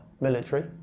military